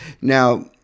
Now